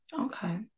okay